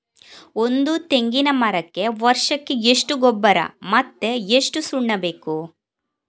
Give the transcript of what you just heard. ಒಂದು ತೆಂಗಿನ ಮರಕ್ಕೆ ವರ್ಷಕ್ಕೆ ಎಷ್ಟು ಗೊಬ್ಬರ ಮತ್ತೆ ಎಷ್ಟು ಸುಣ್ಣ ಬೇಕು?